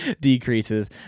decreases